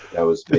that was.